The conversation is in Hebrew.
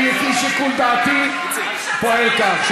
אני, לפי שיקול דעתי, פועל כך.